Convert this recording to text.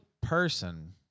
person